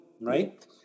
right